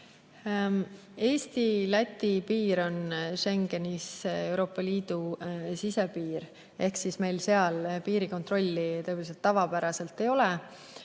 Eesti-Läti piir on Schengenis Euroopa Liidu sisepiir ehk meil seal piirikontrolli tavapäraselt ei ole.